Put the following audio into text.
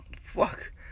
Fuck